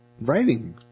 Writing